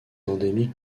endémique